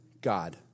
God